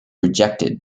rejected